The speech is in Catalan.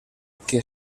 que